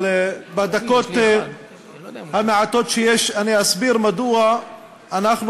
אבל בדקות המעטות שיש אני אסביר מדוע אנחנו,